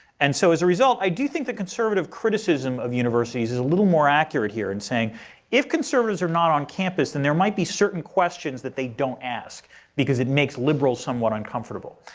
and so as a result, i do think conservative criticism of universities is a little more accurate here in saying if conservatives are not on campus, then there might be certain questions that they don't ask because it makes liberals somewhat uncomfortable.